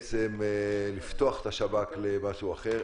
כי זה בעצם לפתוח את השב"כ למשהו אחר.